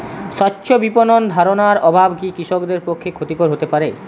স্বচ্ছ বিপণন ধারণার অভাব কি কৃষকদের পক্ষে ক্ষতিকর হতে পারে?